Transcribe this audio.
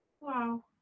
Wow